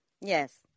yes